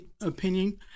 opinion